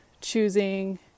choosing